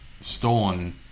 stolen